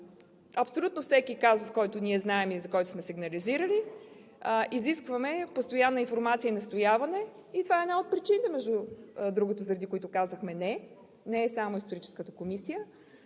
Абсолютно за всеки казус, за който ние знаем и за който сме сигнализирали, изискваме постоянна информация и настояваме. Това е една от причините, между другото, заради които казахме „не“. Не е само Историческата комисия,